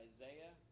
Isaiah